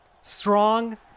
strong